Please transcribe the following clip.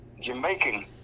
Jamaican